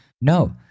No